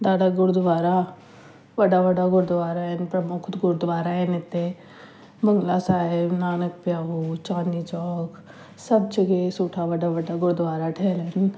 दादा गुरुद्वारा वॾा वॾा गुरुद्वारा आहिनि प्रमुख गुरुद्वारा आहिनि हिते बंगला साहिब नानक प्याऊं चांदनी चौक सभु जॻहि सुठा वॾा वॾा गुरुद्वारा ठहियलु आहिनि